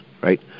right